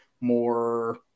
more